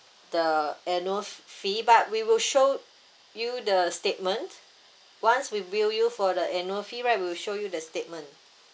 the annual fee but we will show you the statement once we will you for the annual fee right we'll show you the statement